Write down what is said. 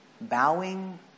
bowing